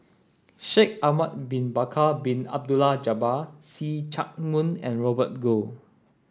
Shaikh Ahmad Bin Bakar Bin Abdullah Jabbar See Chak Mun and Robert Goh